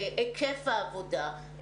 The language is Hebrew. היקף העבודה,